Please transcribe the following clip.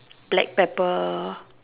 black pepper